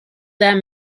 that